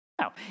No